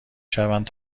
شوند